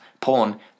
porn